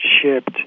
shipped